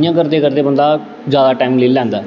इ'यां करदे करदे बंदा जैदा टैम लेई लैंदा ऐ